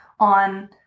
On